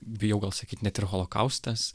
bijau gal sakyt net ir holokaustas